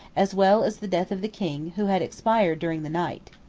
as well as the death of the king, who had expired during the night.